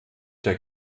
der